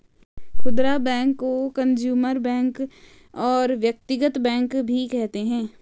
खुदरा बैंक को consumer bank और व्यक्तिगत बैंक भी कहते हैं